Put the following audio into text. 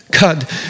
God